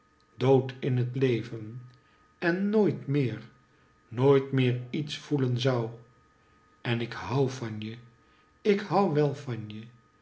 dood in het leven en nooit meer nooit meer iets voelen zou en ik hou van je ik hou wel van je